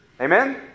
Amen